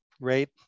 rate